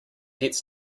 gets